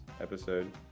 episode